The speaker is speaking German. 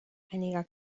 einiger